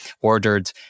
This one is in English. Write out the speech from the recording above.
ordered